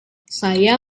saya